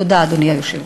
תודה, אדוני היושב-ראש.